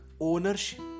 ownership